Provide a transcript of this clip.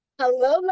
hello